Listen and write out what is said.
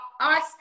ice